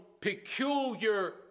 peculiar